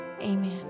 amen